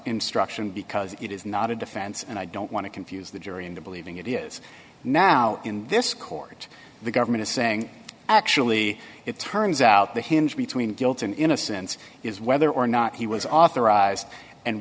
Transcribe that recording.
instruction because it is not a defense and i don't want to confuse the jury into believing it is now in this court the government is saying actually it turns out the hinge between guilt and innocence is whether or not he was authorized and